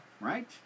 right